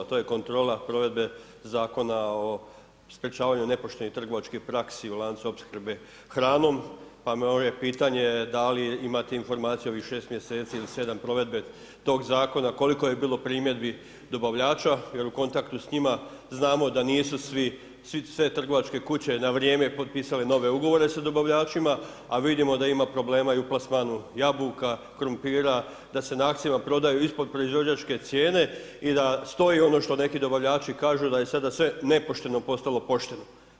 To je kontrola provedbe Zakona o sprječavanju nepoštenih trgovačkih praksi u lancu opskrbe hranom, pa me ovo pitanje da li imate informaciju od ovih šest mjeseci ili sedam provedbe tog zakona koliko je bilo primjedbi dobavljača, jer u kontaktu s njima, znamo da nisu sve trgovačke kuće na vrijeme potpisale nove ugovore s dobavljačima, a vidimo da ima problema i u plasmanu jabuka, krumpira, da se na akcijama prodaju ispod proizvođačkih cijena, i da stoji ono što neki dobavljači kažu da je sada sve nepošteno postalo pošteno.